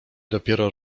dopiero